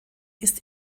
ist